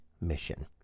mission